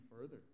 further